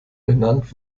benannt